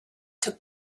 took